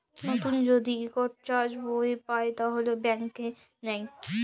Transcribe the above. লতুল যদি ইকট চ্যাক বই চায় তাহলে ব্যাংকে লেই